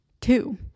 Two